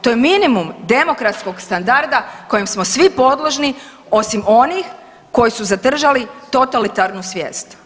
To je minimum demokratskog standarda kojem smo svi podložni osim onih koji su zadržali totalitarnu svijest.